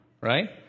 right